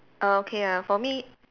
oh okay ah for me